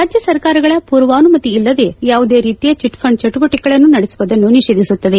ರಾಜ್ಯ ಸರ್ಕಾರಗಳ ಪೂರ್ವಾನುಮತಿ ಇಲ್ಲದೆ ಯಾವುದೆ ರೀತಿಯ ಚಿಟ್ಫಂಡ್ ಚಟುವಟಿಕೆಗಳನ್ನು ನಡೆಸುವುದನ್ನು ನಿಷೇಧಿಸುತ್ತದೆ